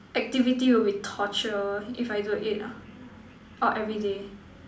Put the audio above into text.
activity would be torture if I do it ah orh everyday